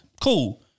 Cool